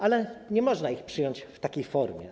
Ale nie można ich przyjąć w takiej formie.